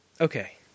Okay